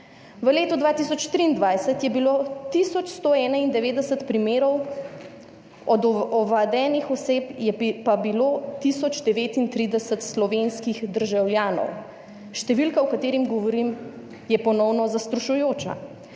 V letu 2023 je bilo 1191 primerov, od ovadenih oseb je pa bilo 1039 slovenskih državljanov. Številka, o kateri govorim, je ponovno zastrašujoča.